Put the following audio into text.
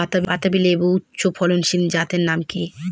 বাতাবি লেবুর উচ্চ ফলনশীল জাতের নাম কি?